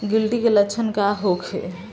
गिलटी के लक्षण का होखे?